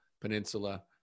Peninsula